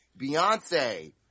Beyonce